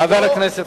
חבר הכנסת אלסאנע.